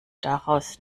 daraus